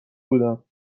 بودم